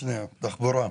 תחבורה.